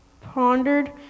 pondered